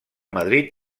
madrid